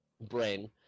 Brain